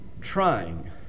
trying